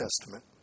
Testament